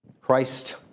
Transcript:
Christ